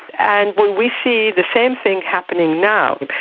and we see the same thing happening now.